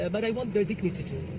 ah but i want their dignity, too.